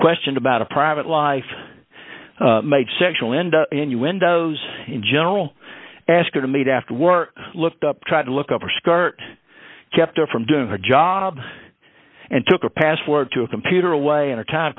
questioned about a private life made sexual and innuendos in general ask her to meet after work looked up try to look up her skirt kept her from doing her job and took a password to a computer away an attack